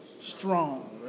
strong